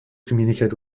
communicate